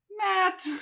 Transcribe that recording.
Matt